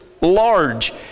large